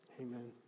Amen